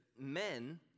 Men